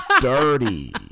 Dirty